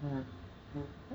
mmhmm